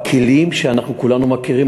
בכלים שאנחנו כולנו מכירים,